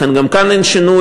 לכן, גם כאן אין שינוי.